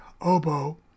oboe